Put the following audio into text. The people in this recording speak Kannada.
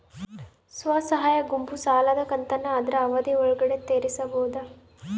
ಸ್ವಸಹಾಯ ಗುಂಪು ಸಾಲದ ಕಂತನ್ನ ಆದ್ರ ಅವಧಿ ಒಳ್ಗಡೆ ತೇರಿಸಬೋದ?